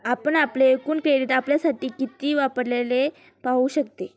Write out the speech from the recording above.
आपण आपले एकूण क्रेडिट आपल्यासाठी किती वापरलेले पाहू शकते